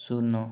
ଶୂନ